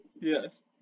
Yes